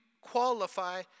qualify